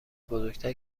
بزرگتر